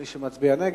מי שמצביע נגד,